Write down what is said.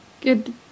Good